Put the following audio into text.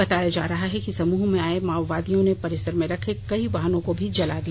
बताया जा रहा है कि समूह में आये माओवादियों ने परिसर में रखे कई वाहनों को भी जला दिया